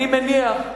אני מניח,